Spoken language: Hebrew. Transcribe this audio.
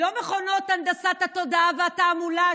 לא מכונות הנדסת התודעה והתעמולה,